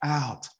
out